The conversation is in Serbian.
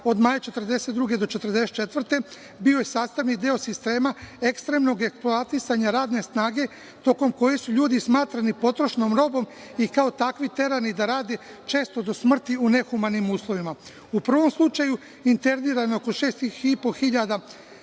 do 1944. godine bio je sastavni deo sistema ekstremnog eksploatisanja radne snage tokom koje su ljudi smatrani potrošnom robom i kao takvi terani da rade često do smrti u nehumanim uslovima. U prvom slučaju internirano oko 6.500